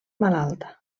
malalta